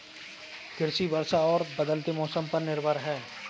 कृषि वर्षा और बदलते मौसम पर निर्भर है